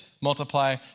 multiply